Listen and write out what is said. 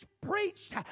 preached